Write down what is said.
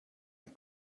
and